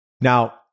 Now